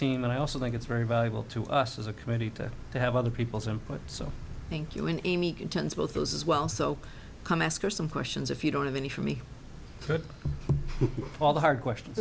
team and i also think it's very valuable to us as a committee to have other people's input so thank you and amy contends both those as well so come ask her some questions if you don't have any for me to all the hard questions